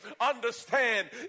Understand